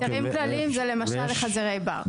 היתרים כלליים זה למשל לחזירי בר.